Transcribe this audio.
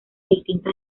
distintas